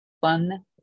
fun